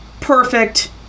perfect